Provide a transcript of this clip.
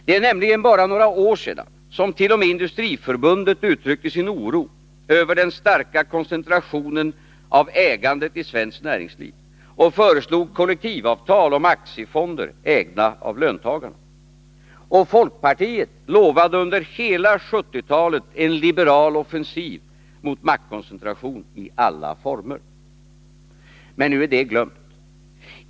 Det är nämligen bara några år sedan som t.o.m. Industriförbundet uttryckte sin oro över den starka koncentrationen av ägandet i svenskt näringsliv och föreslog kollektivavtal om aktiefonder, ägda av löntagarna. Och folkpartiet lovade under hela 1970-talet en liberal offensiv mot maktkoncentration i alla former. Men nu är detta glömt.